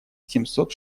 семьсот